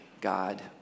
God